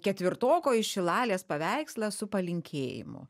ketvirtoko iš šilalės paveikslą su palinkėjimu